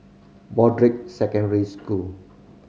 Broadrick Secondary School